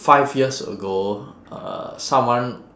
five years ago uh someone